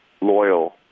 loyal